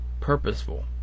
purposeful